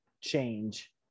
change